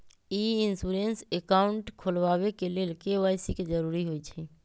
ई insurance account खोलबाबे के लेल के.वाई.सी के जरूरी होइ छै